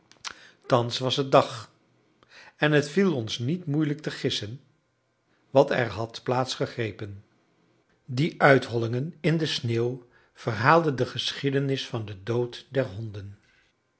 thans was het dag en het viel ons niet moeilijk te gissen wat er had plaats gegrepen die uithollingen in de sneeuw verhaalden de geschiedenis van den dood der honden